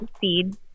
seed